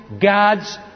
God's